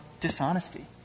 dishonesty